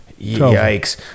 yikes